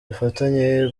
dufatanye